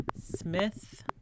Smith